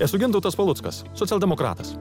esu gintautas paluckas socialdemokratas